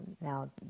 now